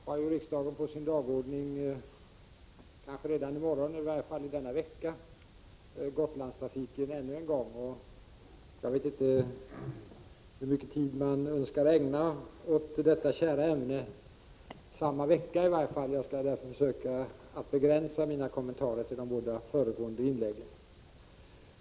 Herr talman! Riksdagen har ju redan i morgon — i varje fall denna vecka — Gotlandstrafiken på sin dagordning ännu en gång. Jag vet inte hur mycket tid man önskar ägna åt detta kära ämne samma vecka, och jag skall därför försöka begränsa mina kommentarer till de båda föregående inläggen.